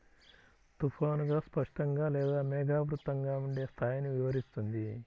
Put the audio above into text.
తుఫానుగా, స్పష్టంగా లేదా మేఘావృతంగా ఉండే స్థాయిని వివరిస్తుంది